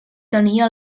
tenia